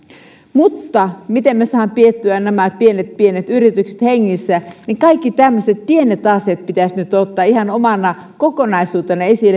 mutta miten me saamme pidettyä nämä pienet pienet yritykset hengissä kaikki tämmöiset pienet asiat pitäisi nyt ottaa ihan omana kokonaisuutena